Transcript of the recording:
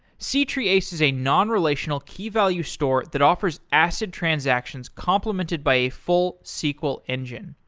c-treeace is a non-relational key-value store that offers acid transactions complemented by a full sql engine.